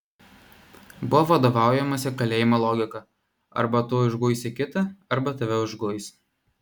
buvo vadovaujamasi kalėjimo logika arba tu užguisi kitą arba tave užguis